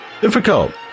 Difficult